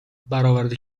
برآورده